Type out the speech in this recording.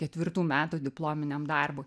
ketvirtų metų diplominiam darbui